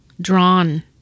drawn